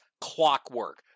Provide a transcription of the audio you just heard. clockwork